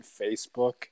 Facebook